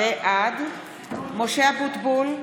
בעד משה אבוטבול,